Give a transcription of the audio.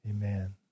Amen